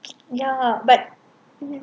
ya but